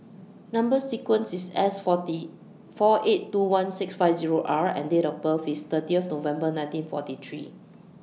Number sequence IS S four eight two one six five Zero R and Date of birth IS thirty November nineteen forty three